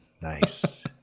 Nice